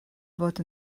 fod